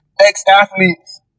ex-athletes